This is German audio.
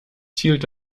zielt